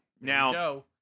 Now